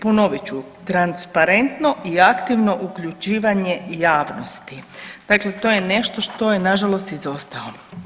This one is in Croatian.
Ponovit ću, transparentno i aktivno uključivanje javnosti, dakle to je nešto što je nažalost izostalo.